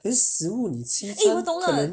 可是食物你吃一餐可能